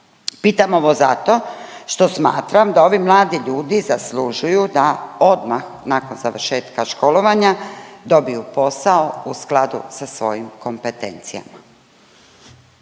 Pitam ovo zato što smatram da ovi mladi ljudi zaslužuju da odmah nakon završetka školovanja dobiju posao u skladu sa svojim kompetencijama.